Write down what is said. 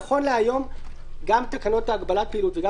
נכון להיום גם תקנות הגבלת פעילות וגם